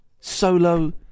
solo